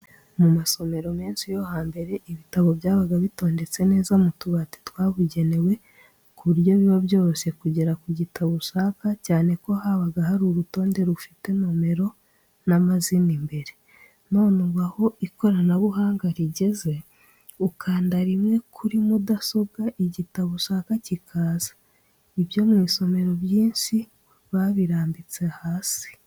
Mu masomero menshi yo hambere, ibitabo byabaga bitondetse neza mu tubati twabugenewe, ku buryo biba byoroshye kugera ku gitabo ushaka cyane ko habaga hari n'urutonde rufite nomero n'amazina imbere, none ubu aho ikorabuhanga rigeze, ukanda rimwe kuri mudasobwa igitabo ushaka kikaza. Ibyo mu masomero byinshi babirambitse hasi.